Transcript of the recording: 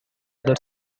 other